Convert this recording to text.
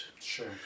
Sure